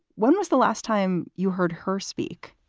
when was the last time you heard her speak?